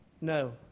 No